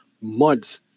months